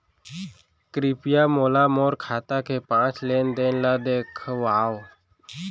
कृपया मोला मोर खाता के पाँच लेन देन ला देखवाव